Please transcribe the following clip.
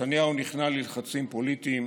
נתניהו נכנע ללחצים פוליטיים,